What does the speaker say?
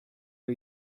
are